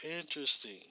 interesting